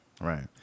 Right